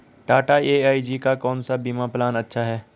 Tata AIG का कौन सा बीमा प्लान अच्छा है?